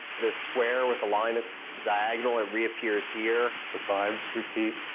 the square with the line diagonal, it reappears here. the fives repeat.